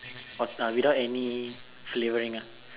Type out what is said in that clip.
oh uh without any flavouring ah